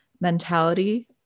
mentality